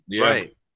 Right